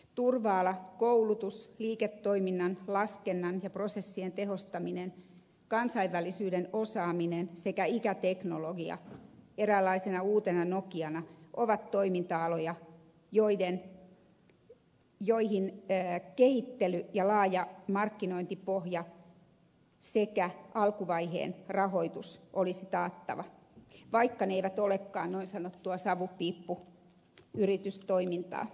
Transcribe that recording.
turva ala koulutus liiketoiminnan laskennan ja prosessien tehostaminen kansainvälisyyden osaaminen sekä ikäteknologia eräänlaisena uutena nokiana ovat toiminta aloja joihin kehittely ja laaja markkinointipohja sekä alkuvaiheen rahoitus olisi taattava vaikka ne eivät olekaan niin sanottua savupiippuyritystoimintaa